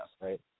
right